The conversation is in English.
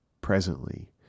presently